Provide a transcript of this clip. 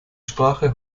sprache